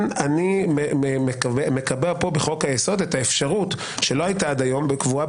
אני קובע פה בחוק היסוד את האפשרות שלא הייתה עד היום קבועה,